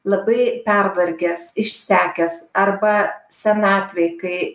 labai pervargęs išsekęs arba senatvėj kai